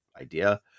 idea